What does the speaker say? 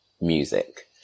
music